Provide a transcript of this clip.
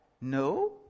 No